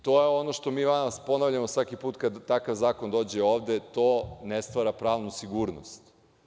To je ono što mi ponavljamo svaki put kad takav zakon dođe ovde, to ne stvara pravnu sigurnost.